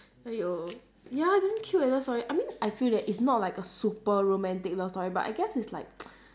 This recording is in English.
!aiyo! ya damn cute leh love story I mean I feel that it's not like a super romantic love story but I guess it's like